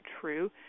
true